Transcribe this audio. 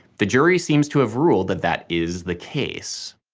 the jury seems to have ruled that that is the case.